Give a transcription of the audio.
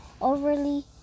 overly